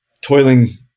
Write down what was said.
toiling